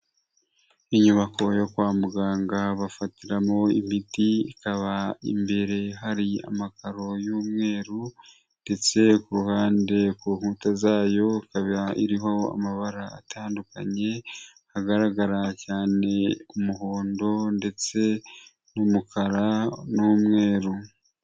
Inyubako yo kwa muganga bafatiramo imiti, ikaba imbere hari amakaro y'umweru ndetse ku ruhande ku nkuta zayo ikaba iriho amabara atandukanye, hagaragara cyane umuhondo, ndetse n'umukara n'umweru.